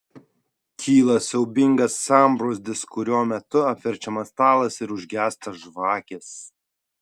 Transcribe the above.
kyla siaubingas sambrūzdis kurio metu apverčiamas stalas ir užgęsta žvakės